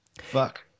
Fuck